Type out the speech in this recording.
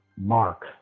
Mark